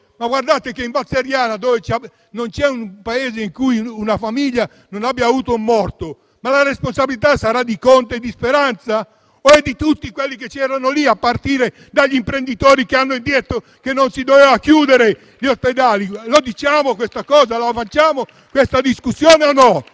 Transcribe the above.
riguarda la Val Seriana, dove non c'è paese in cui una famiglia non abbia avuto un morto, la responsabilità sarà di Conte e di Speranza o di tutti quelli che erano lì, a partire dagli imprenditori che hanno detto che non si dovevano chiudere le aziende? La diciamo questa cosa, la facciamo questa discussione o ne